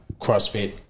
CrossFit